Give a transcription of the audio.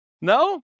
no